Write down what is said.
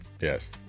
Yes